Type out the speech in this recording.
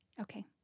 Okay